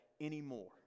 anymore